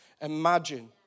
imagine